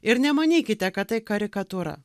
ir nemanykite kad tai karikatūra